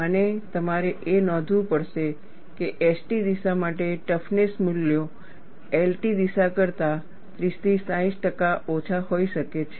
અને તમારે એ નોંધવું પડશે કે ST દિશા માટે ટફનેસ મૂલ્યો LT દિશા કરતા 30 થી 60 ટકા ઓછા હોઈ શકે છે